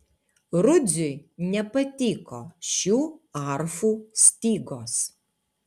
rudziui nepatiko šių arfų stygos